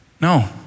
No